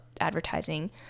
advertising